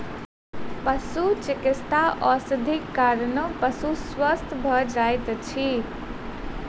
पशुचिकित्सा औषधिक कारणेँ पशु स्वस्थ भ जाइत अछि